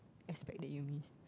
aspect that you miss